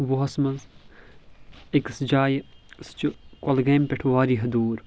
وُہس منٛز أکِس جایہِ سہُ چھُ گۄلگٲمۍ پٮ۪ٹھ واریاہ دوٗر